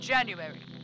January